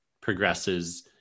progresses